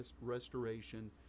restoration